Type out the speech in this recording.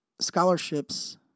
scholarships